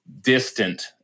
distant